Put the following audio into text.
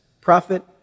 Prophet